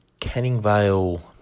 Canningvale